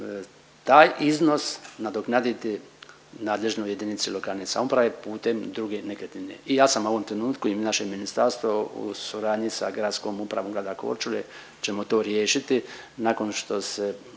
taj iznos nadoknaditi nadležnoj jedinici lokalne samouprave putem druge nekretnine. I ja sam u ovom trenutku i naše ministarstvo u suradnji sa gradskom upravom grada Korčule, ćemo to riješiti nakon što se